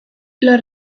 los